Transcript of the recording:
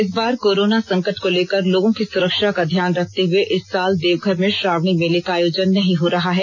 इस बार कोरोना संकट को लेकर लोगों की सुरक्षा का ध्यान रखते हुए इस साल देवघर में श्रावणी मेले का आयोजन नहीं हो रहा है